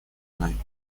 мной